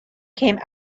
came